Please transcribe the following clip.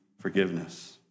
forgiveness